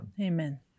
amen